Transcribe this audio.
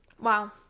Wow